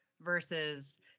versus